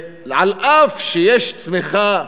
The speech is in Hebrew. ואף שיש צמיחה,